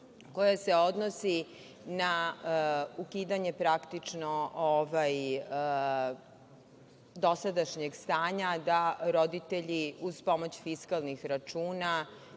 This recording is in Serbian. koji se odnosi na ukidanje, praktično, dosadašnjeg stanja, da roditelji uz pomoć fiskalnih računa